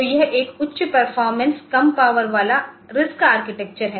तो यह एक उच्च परफॉरमेंस कम पावर वाला आरआईएससी आर्किटेक्चर है